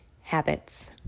habits